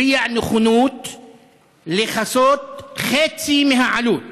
שהביע נכונות לכסות חצי מהעלות